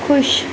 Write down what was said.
خوش